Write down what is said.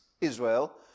Israel